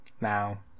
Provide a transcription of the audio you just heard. now